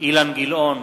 אילן גילאון,